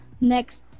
next